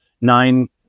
nine